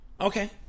okay